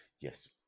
Yes